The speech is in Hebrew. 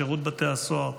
שירות בתי הסוהר.